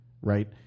Right